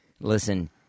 Listen